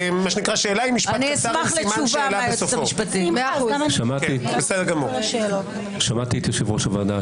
מה המשמעות של אמירה של יועצת